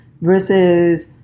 versus